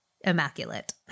immaculate